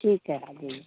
ठीक है आ जाइए